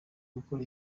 gukora